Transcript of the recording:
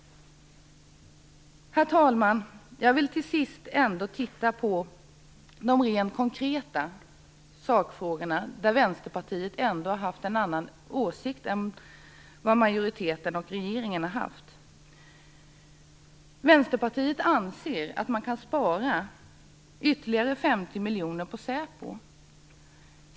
Herr talman! Jag vill till sist titta på de rent konkreta sakfrågor där Vänsterpartiet har haft en annan åsikt än majoriteten och regeringen. Vänsterpartiet anser att man kan spara ytterligare 50 miljoner på Säpo.